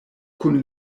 kun